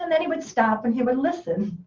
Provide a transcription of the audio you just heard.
and then he would stop and he would listen.